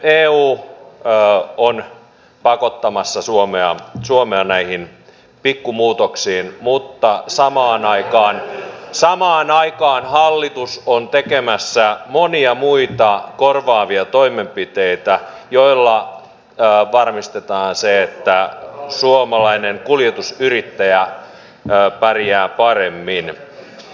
nyt eu on pakottamassa suomea näihin pikku muutoksiin mutta samaan aikaan hallitus on tekemässä monia muita korvaavia toimenpiteitä joilla varmistetaan se että suomalainen kuljetusyrittäjä pärjää paremmin